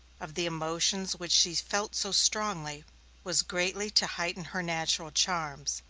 of the emotions which she felt so strongly was greatly to heighten her natural charms.